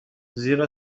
زیرا